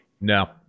No